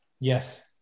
Yes